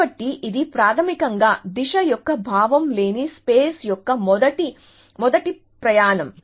కాబట్టి ఇది ప్రాథమికంగా దిశ యొక్క భావం లేని స్పేస్ యొక్క మొదటి మొదటి ప్రయాణం